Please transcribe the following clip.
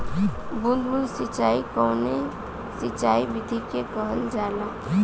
बूंद बूंद सिंचाई कवने सिंचाई विधि के कहल जाला?